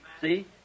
See